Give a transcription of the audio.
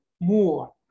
more